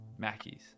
Mackeys